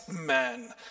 men